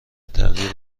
تغییر